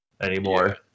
anymore